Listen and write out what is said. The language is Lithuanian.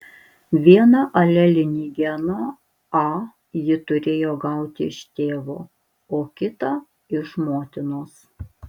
vieną alelinį geną a ji turėjo gauti iš tėvo o kitą iš motinos